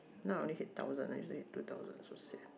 now they hit thousand actually two thousand so sian